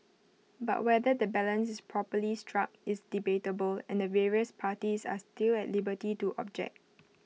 but whether the balance is properly struck is debatable and the various parties are still at liberty to object